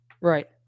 Right